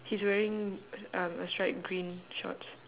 he's wearing um a striped green shorts